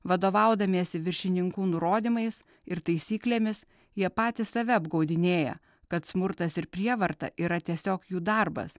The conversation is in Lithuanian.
vadovaudamiesi viršininkų nurodymais ir taisyklėmis jie patys save apgaudinėja kad smurtas ir prievarta yra tiesiog jų darbas